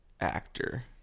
actor